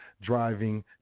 driving